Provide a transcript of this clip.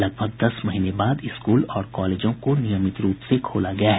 लगभग दस महीने बाद स्कूल और कॉलेजों को नियमित रूप से खोला गया है